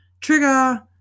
Trigger